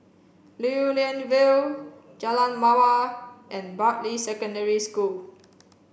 Lew Lian Vale Jalan Mawar and Bartley Secondary School